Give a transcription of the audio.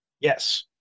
Yes